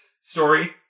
story